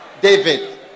David